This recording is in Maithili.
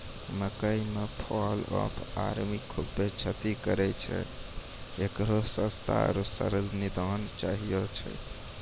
मकई मे फॉल ऑफ आर्मी खूबे क्षति करेय छैय, इकरो सस्ता आरु सरल निदान चाहियो छैय?